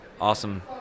awesome